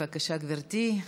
בבקשה, גברתי.